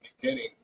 beginning